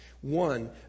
One